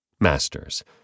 Masters